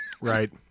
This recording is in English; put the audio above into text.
Right